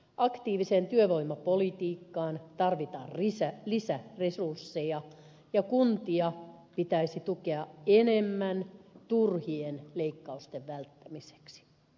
aktiiviseen työvoimapolitiikkaan tarvitaan lisäresursseja ja kuntia pitäisi tukea enemmän turhien leikkausten välttämiseksi